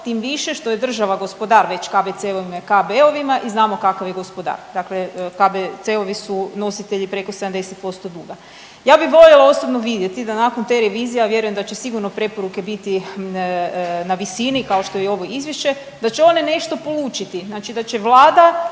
Tim više što je država gospodar već KBC-ovima i KB-ovima i znamo kakav je gospodar. Dakle KBC-ovi su nositelji preko 70% duga. Ja bih voljela osobno vidjeti da nakon te revizije, a vjerujem da će sigurno preporuke biti na visini, kao što je i ovo Izvješće, da će one nešto polučiti, znači da će Vlada